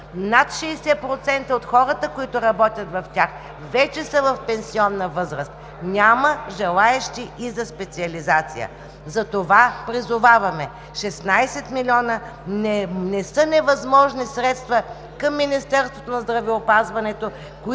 Над 60% от хората, които работят в тях, вече са в пенсионна възраст. Няма желаещи и за специализация. Затова призоваваме – 16 млн. лв. не са невъзможни средства към Министерството на здравеопазването,